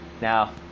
now